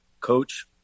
coach